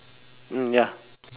mm ya